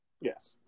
Yes